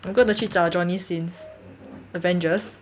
I'm gonna 去找 johnny sins avengers